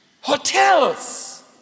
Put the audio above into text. Hotels